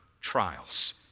trials